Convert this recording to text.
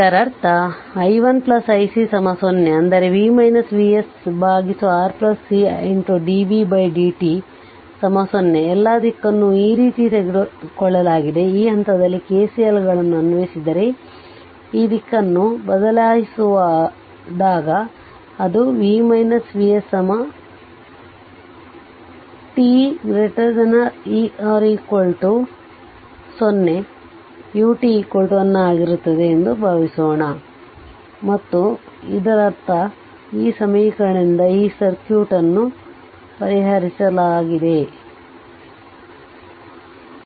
ಇದರರ್ಥ i 1 i c 0 ಅಂದರೆ R c d v d t 0 ಎಲ್ಲಾ ದಿಕ್ಕನ್ನು ಈ ರೀತಿ ತೆಗೆದುಕೊಳ್ಳಲಾಗಿದೆ ಈ ಹಂತದಲ್ಲಿ KCLಗಳನ್ನು ಅನ್ವಯಿಸಿದರೆ ಈ ದಿಕ್ಕನ್ನು ಬದಲಾಯಿಸಿದಾಗ ಅದು V V S ಮತ್ತು t 0 ut 1 ಆಗಿರುತ್ತದೆ ಎಂದು ಭಾವಿಸೋಣ ಮತ್ತು ಇದರರ್ಥ ಈ ಸಮೀಕರಣದಿಂದ ಈ ಸರ್ಕ್ಯೂಟ್ ಅನ್ನು ಪರಿಹರಿಸಲು ಪ್ರಯತ್ನಿಸಬೇಕು